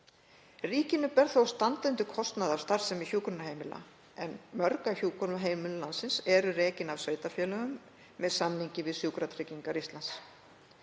Ríkinu ber þó að standa undir kostnaði af starfsemi hjúkrunarheimila en mörg hjúkrunarheimili landsins eru rekin af sveitarfélögum með samningi við Sjúkratryggingar Íslands.